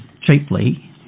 cheaply